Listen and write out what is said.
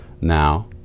now